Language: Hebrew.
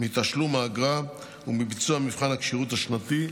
מתשלום האגרה ומביצוע מבחן הכשירות השנתי,